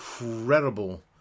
incredible